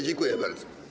Dziękuję bardzo.